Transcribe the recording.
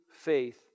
faith